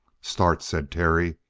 start! said terry,